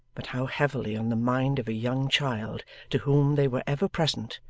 but how heavily on the mind of a young child to whom they were ever present,